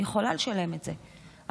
יכולה לשלם את זה,